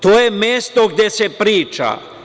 To je mesto gde se priča.